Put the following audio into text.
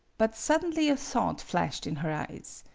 but suddenly a thought flashed in her eyes.